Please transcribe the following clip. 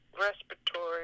respiratory